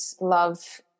love